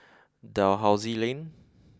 Dalhousie Lane